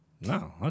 No